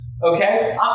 Okay